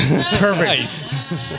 Perfect